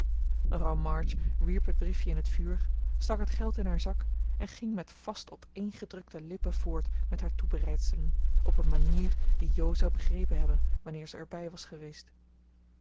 mevrouw march wierp het briefje in het vuur stak het geld in haar zak en ging met vast opeengedrukte lippen voort met haar toebereidselen op een manier die jo zou begrepen hebben wanneer ze er bij was geweest